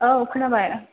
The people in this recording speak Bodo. औ खोनाबाय